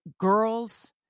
girls